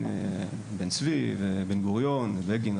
בן צבי ובן גוריון ובגין,